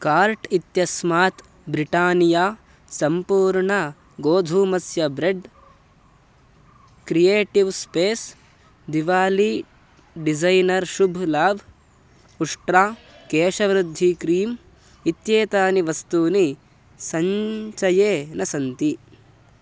cart इत्यस्मात् Britannia सम्पूर्णगोधूमस्य bread creative space Diwali designer Shubh Labh Ustraa केशवृद्धि क्रीम् इत्येतानि वस्तूनि सञ्चये न सन्ति